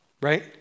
right